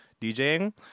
DJing